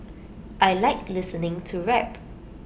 I Like listening to rap